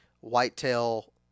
whitetail